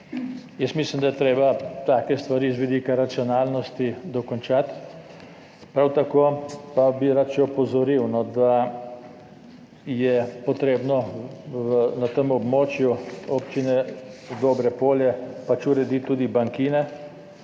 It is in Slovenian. več. Mislim, da je treba take stvari z vidika racionalnosti dokončati. Prav tako pa bi rad še opozoril, da je potrebno na območju občine Dobrepolje urediti tudi bankine,